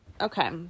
okay